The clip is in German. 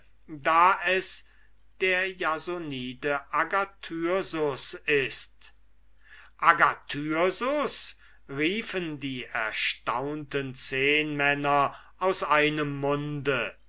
da es der jasonide agathyrsus ist agathyrsus riefen die erstaunten zehnmänner aus einem munde